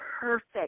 perfect